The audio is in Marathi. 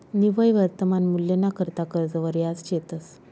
निव्वय वर्तमान मूल्यना करता कर्जवर याज देतंस